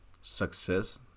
success